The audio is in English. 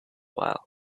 while